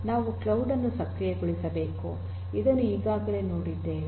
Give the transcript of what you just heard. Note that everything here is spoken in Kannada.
ನಾವು ಕ್ಲೌಡ್ ಅನ್ನು ಸಕ್ರಿಯಗೊಳಿಸಬೇಕು ಇದನ್ನು ಈಗಾಗಲೇ ನೋಡಿದ್ದೇವೆ